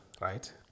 right